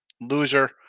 loser